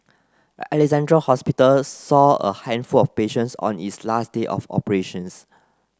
Alexandra Hospital saw a handful of patients on its last day of operations